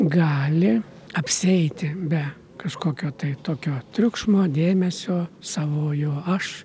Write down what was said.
gali apsieiti be kažkokio tai tokio triukšmo dėmesio savojo aš